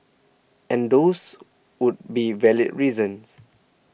and those would be valid reasons